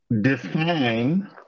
define